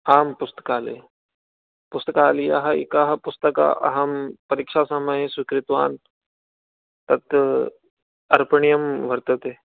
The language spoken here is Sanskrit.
आं पुस्कालये पुस्तकालयः एकः पुस्तक अहं परिक्षासमये स्वीकृतवान् तत् अर्पणीयं वर्तते